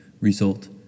Result